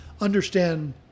understand